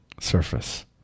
surface